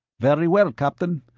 very well, captain.